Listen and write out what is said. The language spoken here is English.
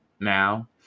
now